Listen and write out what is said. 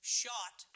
shot